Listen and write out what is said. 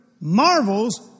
marvels